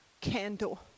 candle